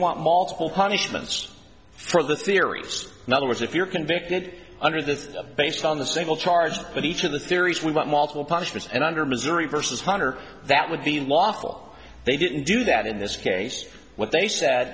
want multiple punishments for the theory another was if you're convicted under the them based on the single charge but each of the theories we've got multiple punishments and under missouri versus hunter that would be unlawful they didn't do that in this case what they said